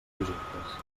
projectes